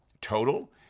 total